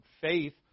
faith